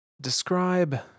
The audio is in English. Describe